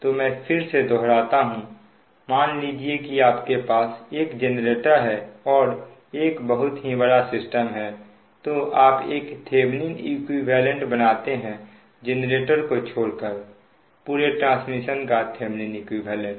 तो मैं फिर से दोहराता हूं मान लीजिए कि आपके पास एक जेनरेटर है और एक बहुत ही बड़ा सिस्टम है तो आप एक थेभनिन इक्विवेलेंट बनाते हैं जेनरेटर को छोड़कर पूरे ट्रांसमिशन का थेभनिन इक्विवेलेंट